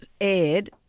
aired